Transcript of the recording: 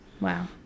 Wow